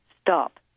stop